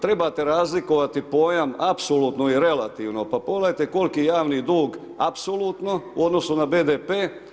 Trebate razlikovati pojam apsolutno i relativno, pa pogledajte koliki je javni dug apsolutno u odnosu na BDP.